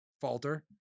falter